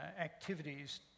activities